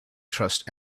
trust